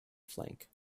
flank